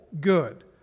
good